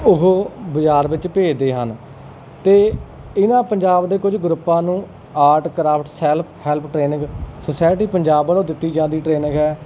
ਉਹ ਬਾਜ਼ਾਰ ਵਿੱਚ ਭੇਜਦੇ ਹਨ ਅਤੇ ਇਹਨਾਂ ਪੰਜਾਬ ਦੇ ਕੁਝ ਗਰੁੱਪਾਂ ਨੂੰ art craft self help training society Punjab ਵੱਲੋਂ ਦਿੱਤੀ ਜਾਂਦੀ ਟ੍ਰੇਨਿੰਗ ਹੈ